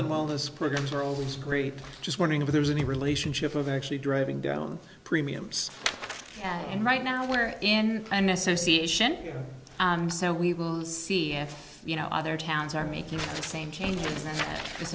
them all those programs are always greet just wondering if there's any relationship of actually driving down premiums and right now we're in an association so we will see if you know other towns are making the same change